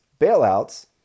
bailouts